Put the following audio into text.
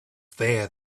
there